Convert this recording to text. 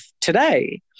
today